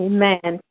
Amen